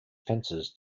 fences